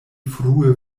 frue